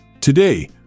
Today